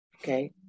Okay